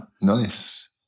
nice